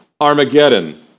Armageddon